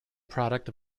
product